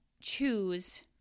choose